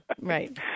Right